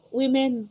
women